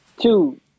Two